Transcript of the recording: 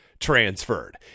transferred